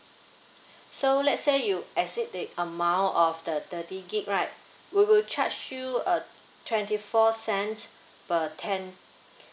so let's say you exceed the amount of the thirty gig right we will charge you uh twenty four cents per ten